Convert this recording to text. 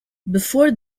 before